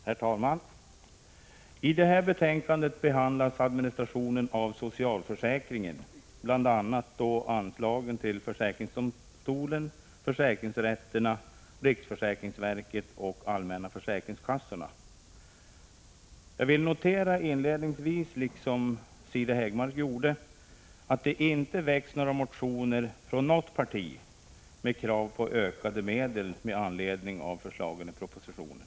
Herr talman! I detta betänkande behandlas administrationen av socialförsäkringen, bl.a. anslagen till försäkringsdomstolen, försäkringsrätterna, riksförsäkringsverket och de allmänna försäkringskassorna. Inledningsvis vill jag liksom Siri Häggmark notera att det inte väckts motioner från något parti med krav på ökade medel med anledning av förslagen i propositionen.